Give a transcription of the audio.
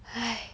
!hais! I give up